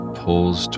pulls